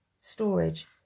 storage